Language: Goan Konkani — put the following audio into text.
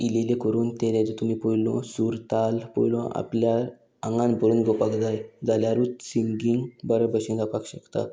इल्लें इल्लें करून ते तुमी पयलू सूर ताल पोयलो आपल्या आंगान बरोन घेवपाक जाय जाल्यारूच सिंगींग बरें भशेन जावपाक शकता